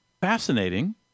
fascinating